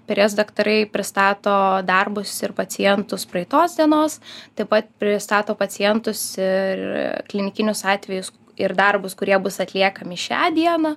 per jas daktarai pristato darbus ir pacientus praeitos dienos taip pat pristato pacientus ir klinikinius atvejus ir darbus kurie bus atliekami šią dieną